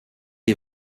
est